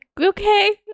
okay